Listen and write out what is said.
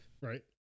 right